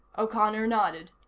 o'connor nodded.